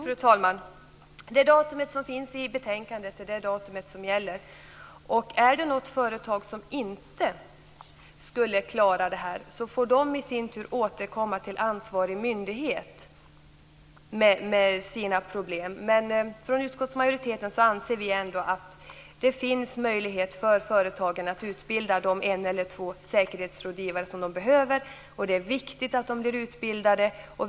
Fru talman! Det datum som nämns i betänkandet är det datum som gäller. Är det något företag som inte skulle klara det här får det i sin tur återkomma till ansvarig myndighet med sina problem. Men från utskottsmajoriteten anser vi att det finns möjlighet för företagen att utbilda de säkerhetsrådgivare som de behöver. Det är viktigt att de blir utbildade.